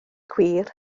gwir